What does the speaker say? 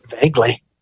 Vaguely